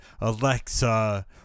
Alexa